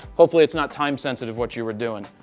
hopefully it's not time-sensitive what you were doing.